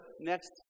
next